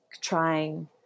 trying